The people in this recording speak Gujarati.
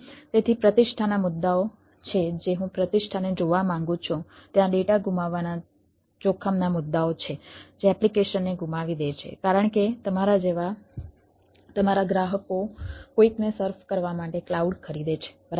તેથી પ્રતિષ્ઠાના મુદ્દાઓ છે જે હું પ્રતિષ્ઠાને જોવા માંગુ છું ત્યાં ડેટા ગુમાવવાના જોખમના મુદ્દાઓ છે જે એપ્લિકેશનને ગુમાવી દે છે કારણ કે તમારા જેવા તમારા ગ્રાહકો કોઈકને સર્ફ કરવા માટે ક્લાઉડ ખરીદે છે બરાબર